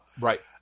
Right